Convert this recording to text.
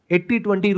80-20